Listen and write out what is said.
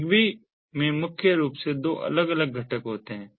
ZigBee में मुख्य रूप से दो अलग अलग घटक होते हैं